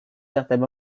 certains